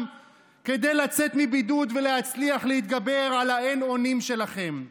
כדי לצאת מבידוד ולהצליח להתגבר על האין-אונים שלכם.